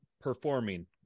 performing